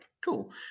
cool